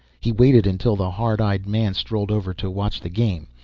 he waited until the hard-eyed man strolled over to watch the game,